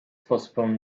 postpone